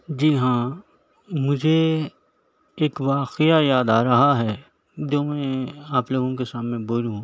جی ہاں مجھے ایک واقعہ یاد آ رہا ہے جو میں آپ لوگوں کے سامنے بولوں